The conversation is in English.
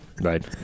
Right